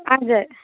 हजुर